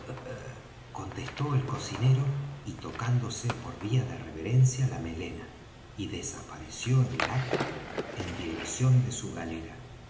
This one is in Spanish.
contestó el cocinero y tocándose por vía de reverencia la melena y desapareció en el acto en dirección de su galera